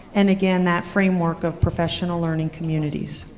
and again, that framework of professional learning communities.